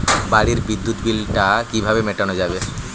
বাড়ির বিদ্যুৎ বিল টা কিভাবে মেটানো যাবে?